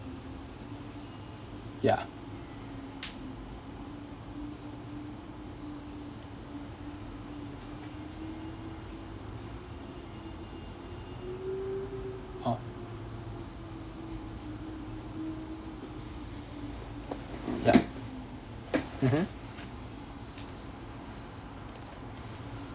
yeah yeah mmhmm